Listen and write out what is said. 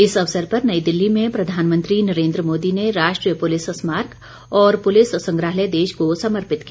इस अवसर पर नई दिल्ली में प्रधानमंत्री नरेन्द्र मोदी ने राष्ट्रीय पुलिस स्मारक और पुलिस संग्रहालय देश को समर्पित किया